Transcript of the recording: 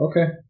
Okay